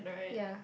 ya